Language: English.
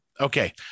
Okay